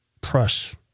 Press